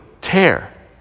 tear